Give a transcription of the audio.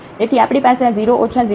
તેથી આપણી પાસે આ 0 ઓછા 0 છે